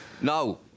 No